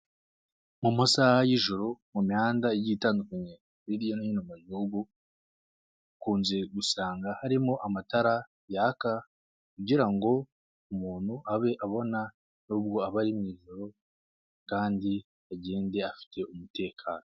Mu masaha y'ijoro mu mihanda igiye itandukanye hirya no hino mu gihugu, ukunze gusanga harimo amatara yaka kugira ngo umuntu abe abona nubwo aba ari mu ijoro kandi agende afite umutekano.